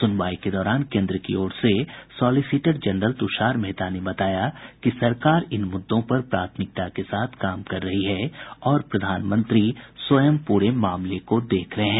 सुनवाई के दौरान केन्द्र की ओर से सॉलिसिटर जनरल तुषार मेहता ने बताया कि सरकार इन मुद्दों पर प्राथमिकता के साथ काम कर रही है और प्रधानमंत्री स्वयं पूरे मामले को देख रहे हैं